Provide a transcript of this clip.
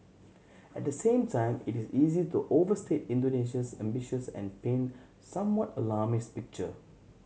at the same time it is easy to overstate Indonesia's ambitions and paint somewhat alarmist picture